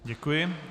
Děkuji.